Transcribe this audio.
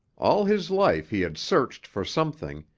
all his life he had searched for something,